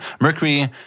Mercury